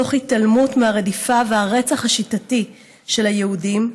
תוך התעלמות מהרדיפה והרצח השיטתי של היהודים,